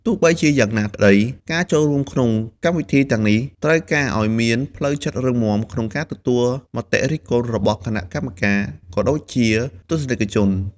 ទោះបីជាយ៉ាងណាក្តី ការចូលរួមក្នុងកម្មវិធីទាំងនេះត្រូវការឲ្យមានផ្លូវចិត្តរឹងមាំក្នុងការទទួលមតិរិះគន់របស់គណៈកម្មការ ក៏ដូចជាទស្សនិកជន។